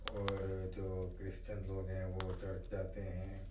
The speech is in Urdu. اور جو کریسچن لوگ ہیں وہ چرچ جاتے ہیں